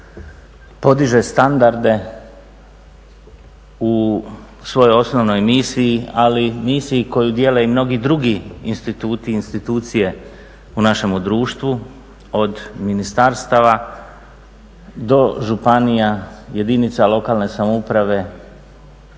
podiže standarde u svojoj osnovnoj misiji, ali i misiji koju dijele i mnogi drugi instituti i institucije u našemu društvu od ministarstava do županija, jedinica lokalne samouprave